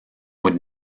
would